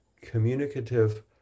communicative